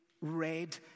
red